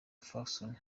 ferguson